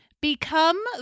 Become